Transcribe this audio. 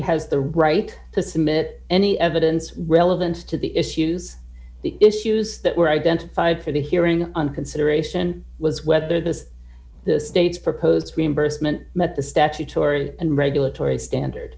has the right to submit any evidence were relevant to the issues the issues that were identified for the hearing on consideration was whether this the state's proposed reimbursement met the statutory and regulatory standard